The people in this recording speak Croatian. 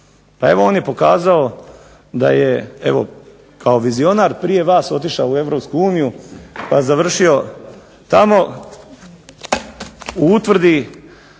Pa evo on je pokazao da je evo kao vizionar prije vas otišao u Europsku uniju pa završio tamo u utvrdi,